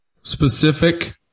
specific